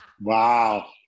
Wow